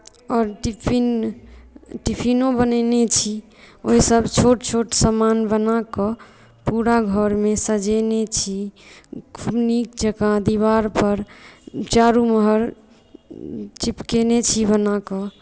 आओर टिफिन टिफिनो बनेने छी आ ओहिसभ छोट छोट समान बना कऽ पूरा घरमे सजेने छी खूब नीक जकाँ दीबारपर चारू महर चिपकेने छी बना कऽ